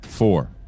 Four